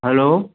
hello